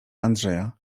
andrzeja